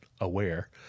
aware